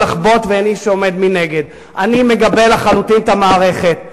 לחבוט ואין איש שעומד מנגד." אני מגבה לחלוטין את המערכת.